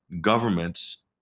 governments